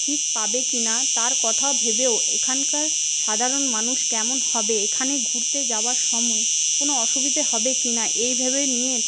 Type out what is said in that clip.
ঠিক পাবে কিনা তার কথা ভেবেও এখানকার সাধারণ মানুষ কেমন হবে এখানে ঘুরতে যাওয়ার সময় কোনো অসুবিধা হবে কিনা এই ভেবে নিয়ে